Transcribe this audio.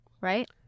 Right